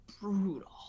Brutal